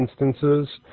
instances